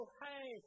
hey